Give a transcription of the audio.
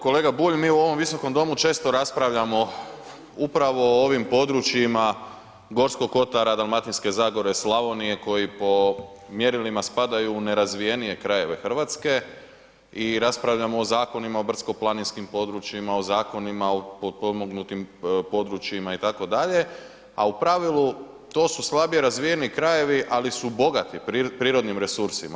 Kolega Bulj, mi u ovom visokom domu često raspravljamo upravo o ovim područjima Gorskog kotara, Dalmatinske zagore, Slavonije koji po mjerilima spadaju u nerazvijenije krajeve Hrvatske i raspravljamo o zakonima o brdsko-planinskim područjima, o zakonima o potpomognutim područjima itd., a u pravilu to su slabije razvijeni krajevi, ali su bogati prirodnim resursima.